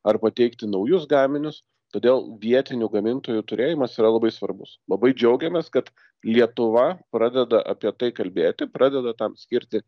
arba teikti naujus gaminius todėl vietinių gamintojų turėjimas yra labai svarbus labai džiaugiamės kad lietuva pradeda apie tai kalbėti pradeda tam skirti